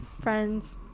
friends